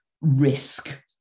risk